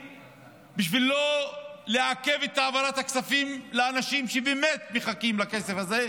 בשביל לא לעכב את העברת הכספים לאנשים שבאמת מחכים לכסף הזה,